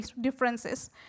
differences